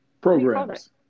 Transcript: programs